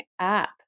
app